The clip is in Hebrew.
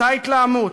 אותה התלהמות,